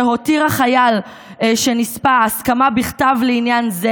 "הותיר החייל שנספה הסכמה בכתב לעניין זה